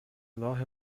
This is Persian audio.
راه